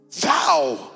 thou